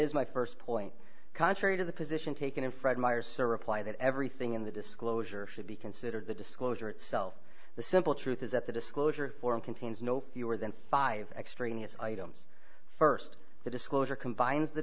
is my st point contrary to the position taken in fred meyer sir reply that everything in the disclosure should be considered the disclosure itself the simple truth is that the disclosure form contains no fewer than five extraneous items st the disclosure combines the